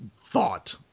thought